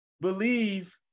believe